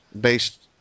based